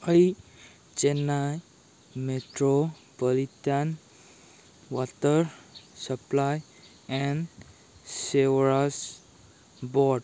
ꯑꯩ Chennai metropolitan water supply and sewerage board